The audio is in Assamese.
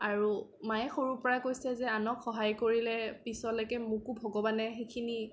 আৰু মায়ে সৰুৰ পৰা কৈছে যে আনক সহায় কৰিলে পিছলৈকে মোকো ভগৱানে সেইখিনি